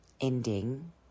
ending